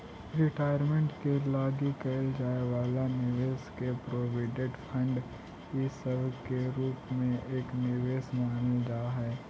retirement के लगी कईल जाए वाला निवेश के प्रोविडेंट फंड इ सब के रूप में एक निवेश मानल जा हई